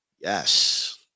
Yes